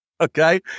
Okay